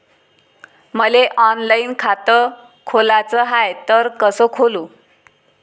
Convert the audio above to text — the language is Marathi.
मले ऑनलाईन खातं खोलाचं हाय तर कस खोलू?